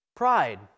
pride